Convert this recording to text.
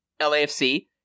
LAFC